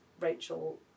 Rachel